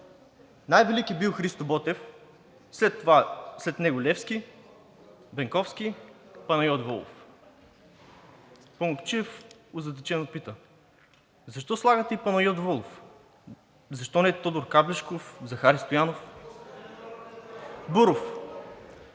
„Най-велик е бил Христо Ботев, след него Левски, Бенковски, Панайот Волов.“ Памукчиев озадачено пита: „Защо слагате и Панайот Волов? Защо не Тодор Каблешков, Захари Стоянов?“ Буров: